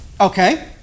Okay